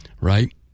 right